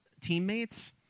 teammates